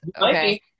okay